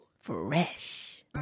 Fresh